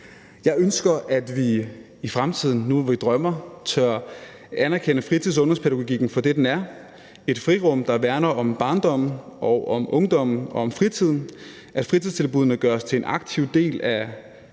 Jeg ønsker, at vi i fremtiden, nu hvor vi drømmer, tør anerkende fritids- og ungdomspædagogikken for det, den er, nemlig et frirum, der værner om barndommen og om ungdommen og om fritiden, at fritidstilbuddene gøres til en aktiv del af